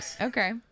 Okay